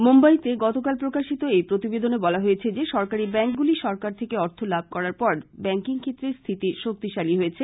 মুম্বইতে গতকাল প্রকাশিত এই প্রতিবেদনে বলা হয়েছে যে সরকারী ব্যাষ্কগুলি সরকার থেকে অর্থ লাভ করার পর ব্যাষ্কিং ক্ষেত্রের স্থিতি শক্তিশালী হয়েছে